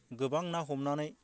गोबां ना हमनानै